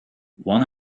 one